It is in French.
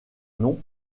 nom